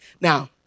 Now